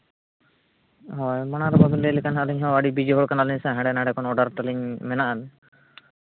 ᱦᱳᱭ ᱢᱟᱲᱟᱝ ᱨᱮ ᱵᱟᱵᱮᱱ ᱞᱟᱹᱭ ᱞᱮᱠᱷᱟᱱ ᱟᱹᱞᱤᱧ ᱦᱚᱸ ᱟᱹᱰᱤ ᱵᱤᱡᱤ ᱦᱚᱲ ᱠᱟᱱᱟᱞᱤᱧ ᱥᱮ ᱦᱟᱸᱰᱮ ᱱᱟᱰᱮ ᱠᱷᱚᱱ ᱚᱰᱟᱨ ᱛᱟᱹᱞᱤᱧ ᱢᱮᱱᱟᱜᱼᱟ